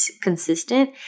consistent